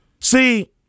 See